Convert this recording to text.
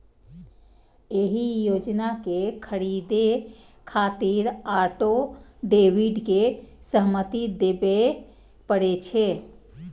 एहि योजना कें खरीदै खातिर ऑटो डेबिट के सहमति देबय पड़ै छै